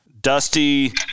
Dusty